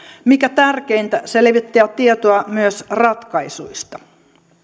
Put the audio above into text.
mikä tärkeintä se levittää tietoa myös ratkaisuista